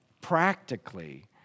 practically